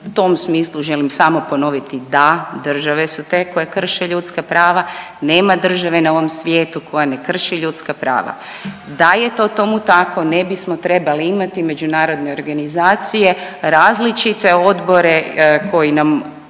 u tom smislu želim samo ponoviti da države su te koje krše ljudska prava, nema države na ovom svijetu koja ne krši ljudska prava. Da je to tomu tako ne bismo trebali imati međunarodne organizacije, različite odbore koji nam,